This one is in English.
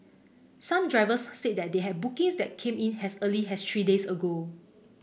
some drivers said that they had bookings that came in as early as three days ago